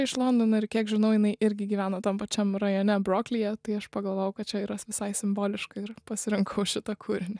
iš londono ir kiek žinau jinai irgi gyveno tam pačiam rajone broklyje tai aš pagalvojau kad čia yra s visai simboliška ir pasirinkau šitą kūrinį